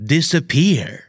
Disappear